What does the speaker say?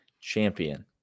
champion